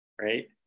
right